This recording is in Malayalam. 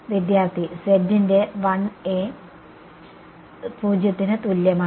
വിദ്യാർത്ഥി z ന്റെ I A 0 ത്തിന് തുല്യമാണ്